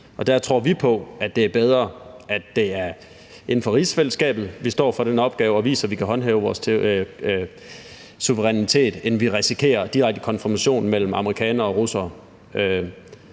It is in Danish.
Og der tror vi på, at det er bedre, at det er inden for rigsfællesskabet, vi står for den opgave og viser, at vi kan håndhæve vores suverænitet, end at vi risikerer en direkte konfrontation mellem amerikanere og russere.